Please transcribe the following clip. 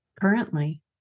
Currently